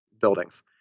buildings